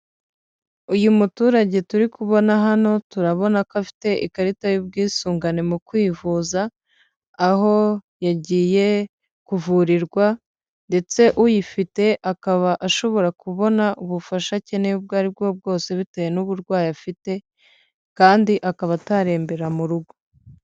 Uyu muturage turi kubona hano turabona ko afite ikarita y'ubwisungane mu kwivuza aho yagiye kuvurirwa ndetse uyifite akaba ashobora kubona ubufasha akeneye ubwo aribwo bwose bitewe n'uburwayi afite kandi akaba atarembera mu rugo.